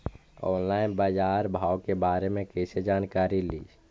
Online बाजार भाव के बारे मे कैसे जानकारी ली?